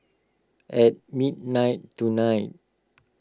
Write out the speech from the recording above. at midnight tonight